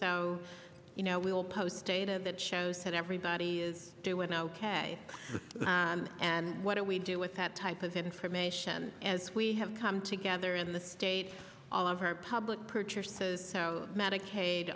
so you know we will post data that shows that everybody is due with ok and what do we do with that type of information as we have come together in the states all of our public purchases medicaid